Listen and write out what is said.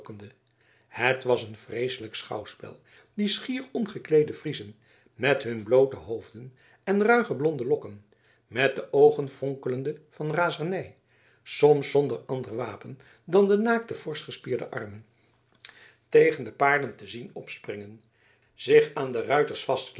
het was een vreeselijk schouwspel die schier ongekleede friezen met hun bloote hoofden en ruige blonde lokken met de oogen fonkelende van razernij soms zonder ander wapen dan de naakte forsch gespierde armen tegen de paarden te zien opspringen zich aan de ruiters